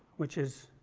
which is,